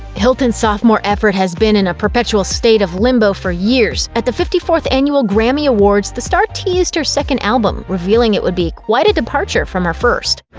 hilton's sophomore effort has been in a perpetual state of limbo for years. at the fifty fourth annual grammy awards, the star teased her second album, revealing it would be quite a departure from her first.